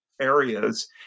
areas